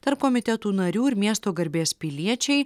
tarp komitetų narių ir miesto garbės piliečiai